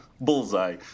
Bullseye